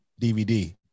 dvd